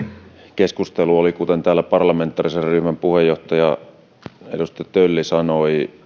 keskustelu oli varsin yksimielinen kuten täällä parlamentaarisen ryhmän puheenjohtaja edustaja tölli sanoi